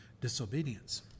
disobedience